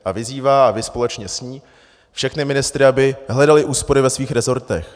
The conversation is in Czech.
A vyzývá, a vy společně s ní, všechny ministry, aby hledali úspory ve svých rezortech.